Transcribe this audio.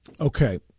okay